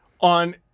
on